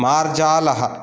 मार्जालः